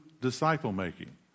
disciple-making